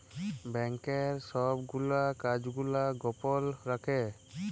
ব্যাংকের ছব গুলা কাজ গুলা গপল রাখ্যে